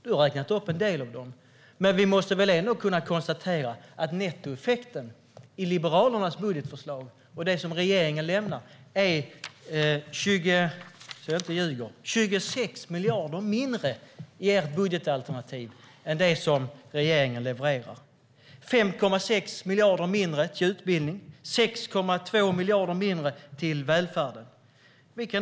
Du har räknat upp en del av dem. Men vi måste ändå kunna konstatera nettoeffekten i Liberalernas budgetförslag i förhållande till det förslag regeringen lämnar. Det är 26 miljarder mindre i ert budgetalternativ än det som regeringen levererar. Det är 5,6 miljarder mindre till utbildning och 6,2 miljarder mindre till välfärden.